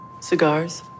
cigars